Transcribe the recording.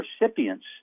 recipients